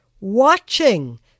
watching